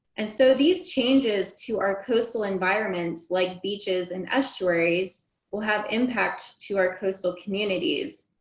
and so these changes to our coastal environments like beaches and estuaries will have impact to our coastal communities.